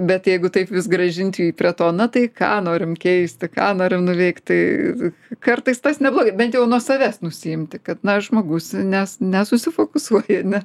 bet jeigu taip vis grąžinti jį prie to na tai ką norim keisti ką norim nuveikti tai kartais tas neblogai bent jau nuo savęs nusiimti kad na žmogus nes nesusifokusuoja ar ne